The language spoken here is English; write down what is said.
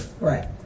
right